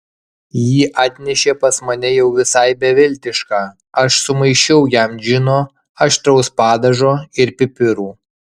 jį atnešė pas mane jau visai beviltišką aš sumaišiau jam džino aštraus padažo ir pipirų